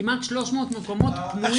כמעט 300 מקומות פנויים.